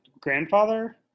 grandfather